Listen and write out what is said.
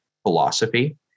philosophy